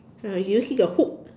uh do you see the hook